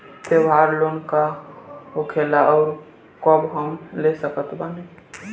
त्योहार लोन का होखेला आउर कब हम ले सकत बानी?